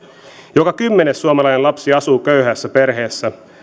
joka kymmenes suomalainen lapsi asuu köyhässä perheessä